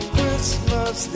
Christmas